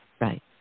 Right